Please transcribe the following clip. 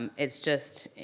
um it's just,